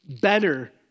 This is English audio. better